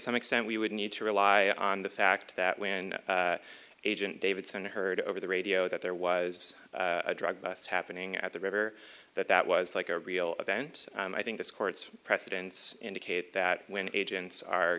some extent we would need to rely on the fact that when agent davidson heard over the radio that there was a drug bust happening at the river that that was like a real event and i think this court's precedents indicate that when agents are